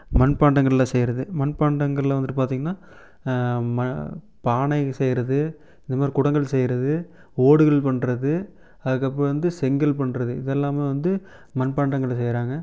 மண்பாண்டங்களில் செய்யறது மண் பாண்டங்களில் வந்துவிட்டு பார்த்தீங்கன்னா ம பானை செய்யறது இது மாரி குடங்கள் செய்யறது ஓடுகள் பண்ணுறது அதற்கப்பறம் வந்து செங்கல் பண்ணுறது இதெல்லாமே வந்து மண் பாண்டங்களில் செய்யறாங்க